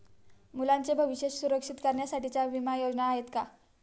मुलांचे भविष्य सुरक्षित करण्यासाठीच्या विमा योजना आहेत का?